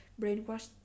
brainwashed